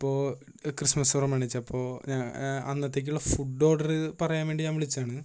അപ്പോൾ ക്രിസ്മസ് പ്രമാണിച്ച് അപ്പോൾ ഞാൻ അന്നത്തേക്കുള്ള ഫുഡ് ഓർഡർ പറയാൻ വേണ്ടിട്ട് ഞാൻ വിളിച്ചത് ആണ്